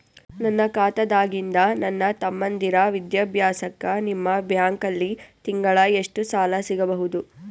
ನನ್ನ ಖಾತಾದಾಗಿಂದ ನನ್ನ ತಮ್ಮಂದಿರ ವಿದ್ಯಾಭ್ಯಾಸಕ್ಕ ನಿಮ್ಮ ಬ್ಯಾಂಕಲ್ಲಿ ತಿಂಗಳ ಎಷ್ಟು ಸಾಲ ಸಿಗಬಹುದು?